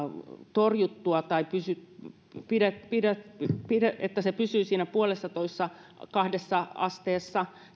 torjuttua tai että se pysyy siinä yksi pilkku viisi viiva kahdessa asteessa